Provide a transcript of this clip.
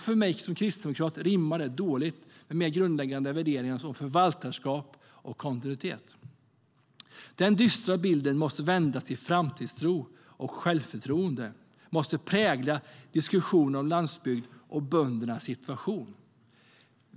För mig som kristdemokrat rimmar det dåligt med mina grundläggande värderingar, som förvaltarskap och kontinuitet. Den dystra bilden måste vändas till framtidstro. Självförtroende måste prägla diskussionen om landsbygden och böndernas situation.